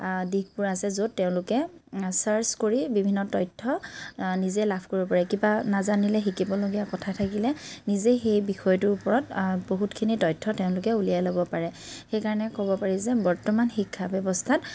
দিশবোৰ আছে য'ত তেওঁলোকে চাৰ্চ কৰি বিভিন্ন তথ্য নিজে লাভ কৰিব পাৰে কিবা নাজানিলে শিকিবলগীয়া কথা থাকিলে নিজে সেই বিষয়টোৰ ওপৰত বহুতখিনি তথ্য তেওঁলোকে উলিয়াই ল'ব পাৰে সেইকাৰণে ক'ব পাৰি যে বৰ্তমান শিক্ষা ব্যৱস্থাত